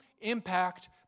impact